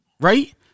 Right